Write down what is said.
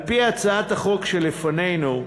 על-פי הצעת החוק שלפנינו,